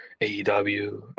AEW